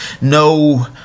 No